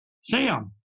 Sam